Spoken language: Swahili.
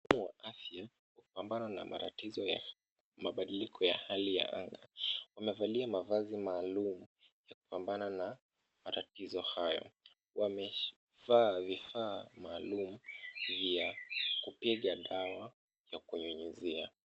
Mhudumu wa afya anapambana na matataizo ya mabadiliko ya hali ya anga, wamevalia mavazi maalum ya kupambana na matatizo hayo, wamevaa vifaa maalumu vya kupiga dawa ya kunyunyizia.